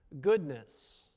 goodness